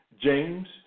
James